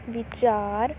ਵਿਚਾਰ